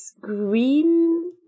green